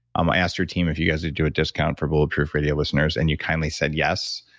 um i asked your team if you guys would do a discount for bulletproof radio listeners and you kindly said yes.